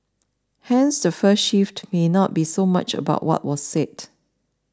hence the first shift may be not so much about what was said